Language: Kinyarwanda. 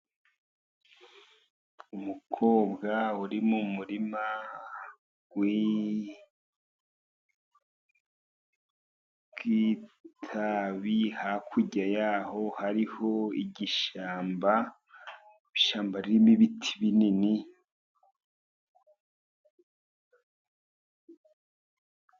Umukobwa uri mu muririma w'itabi, hakurya yaho hariho igishyamba ishyamba ririmo ibiti binini.